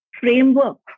framework